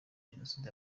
jenoside